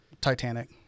Titanic